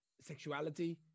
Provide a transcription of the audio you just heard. sexuality